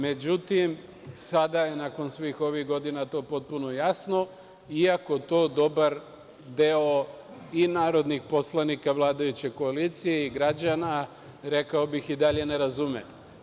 Međutim, sada je nakon svih ovih godina to potpuno jasno iako to dobar deo i narodnih poslanika vladajuće koalicije i građana, rekao bih, i dalje ne razume.